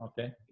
Okay